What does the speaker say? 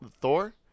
Thor